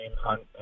Hunt